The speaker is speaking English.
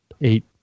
eight